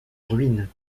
ruines